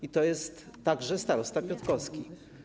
I to jest także starosta piotrkowski.